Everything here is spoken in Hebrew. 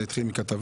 זה התחיל מכתבה.